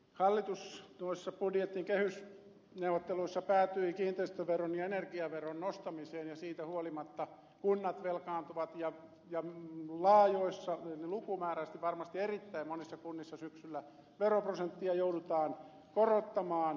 hallitus noissa budjetin kehysneuvotteluissa päätyi kiinteistöveron ja energiaveron nostamiseen ja siitä huolimatta kunnat velkaantuvat ja lukumääräisesti varmasti erittäin monissa kunnissa syksyllä veroprosenttia joudutaan korottamaan